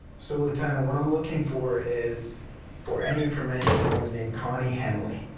so, lieutenant, what i'm looking for is for any information on the name connie henly.